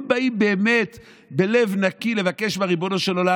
הם באים באמת בלב נקי לבקש מריבונו של עולם.